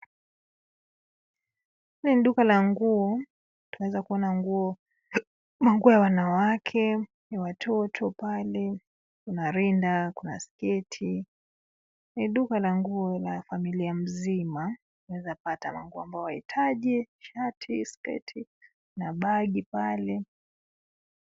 Hili ni duka la nguo. Tunaweza kuona nguo, manguo ya wanawake, ya watoto pale kuna rinda, kuna sketi, ni duka la nguo la familia nzima. Unaweza pata manguo ambao wahitaji shati, sketi na bagi pale.